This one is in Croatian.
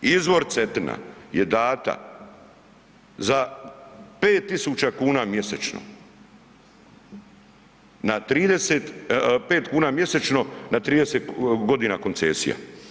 Izvor Cetina je dana za 5.000 kuna mjesečno na 30, 5 kuna mjesečno na 30 godina koncesije.